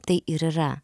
tai ir yra